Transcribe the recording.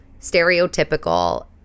stereotypical